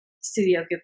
Studio